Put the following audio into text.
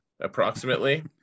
approximately